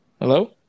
Hello